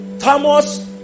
Thomas